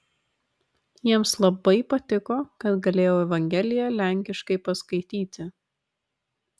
jiems labai patiko kad galėjau evangeliją lenkiškai paskaityti